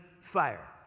fire